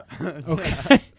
Okay